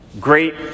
great